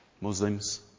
Muslims